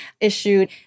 issued